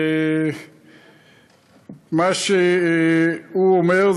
מה שהוא אומר,